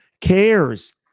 cares